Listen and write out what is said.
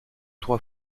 trois